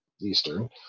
Eastern